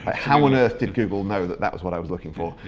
how on earth did google know that, that was what i was looking for.